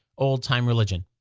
old-time religion.